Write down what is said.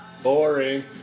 Boring